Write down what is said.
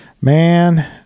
Man